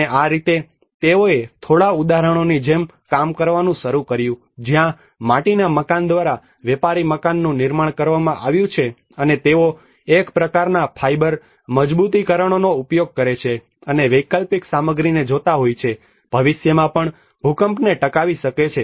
અને આ રીતે તેઓએ થોડા ઉદાહરણોની જેમ કામ કરવાનું શરૂ કર્યું જ્યાં માટીના મકાન દ્વારા વેપારી મકાનનું નિર્માણ કરવામાં આવ્યું છે અને તેઓ એક પ્રકારનાં ફાઇબર મજબૂતીકરણોનો ઉપયોગ કરે છે અને વૈકલ્પિક સામગ્રીને જોતા હોય છે ભવિષ્યમાં પણ ભૂકંપને ટકાવી શકે છે